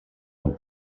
amb